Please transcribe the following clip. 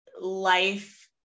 life